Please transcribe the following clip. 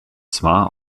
zwar